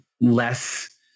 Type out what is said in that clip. less